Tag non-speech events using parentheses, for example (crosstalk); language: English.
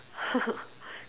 (laughs)